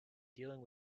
dealing